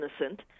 innocent